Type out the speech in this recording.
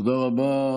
תודה רבה.